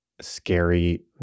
scary